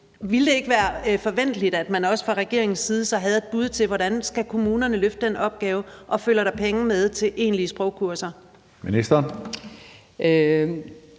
Ville det ikke være forventeligt, at man også fra regeringens side så havde et bud på, hvordan kommunerne skal kunne løfte den opgave, og om der skal følge penge med til egentlige sprogkurser? Kl.